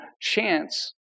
chance